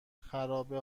خرابه